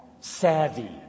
savvy